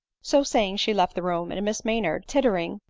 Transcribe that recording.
so saying she left the room, and miss maynard, titter ing,